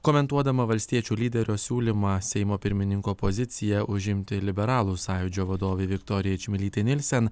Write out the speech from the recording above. komentuodama valstiečių lyderio siūlymą seimo pirmininko poziciją užimti liberalų sąjūdžio vadovei viktorijai čmilytei nilsen